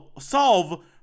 solve